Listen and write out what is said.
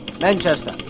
Manchester